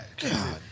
God